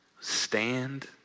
stand